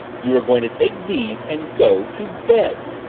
you are going to take these and go to bed.